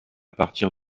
partir